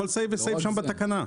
כל סעיף וסעיף שם בתקנה.